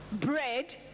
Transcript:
bread